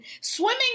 swimming